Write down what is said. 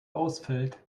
ausfällt